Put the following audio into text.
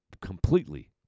completely